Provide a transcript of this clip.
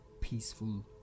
peaceful